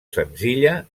senzilla